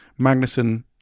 Magnussen